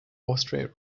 austria